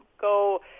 go